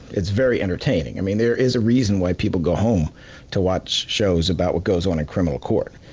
it's very entertaining. i mean, there is a reason why people go home to watch shows about what goes on in criminal court.